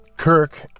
Kirk